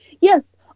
yes